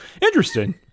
Interesting